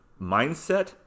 mindset